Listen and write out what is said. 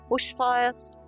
bushfires